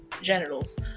genitals